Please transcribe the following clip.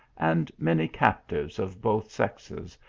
and many captives of both sexes,